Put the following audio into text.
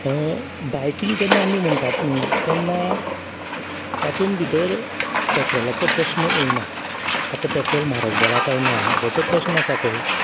biking जेन्ना आमी म्हणटात न्ही तेन्ना तातून भितर पेट्रोलाचो प्रश्न येयना आतां पेट्रोल म्हारग जालां काय ना हो जो प्रश्न आसा पळय